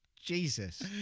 Jesus